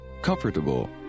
Comfortable